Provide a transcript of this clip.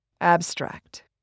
Abstract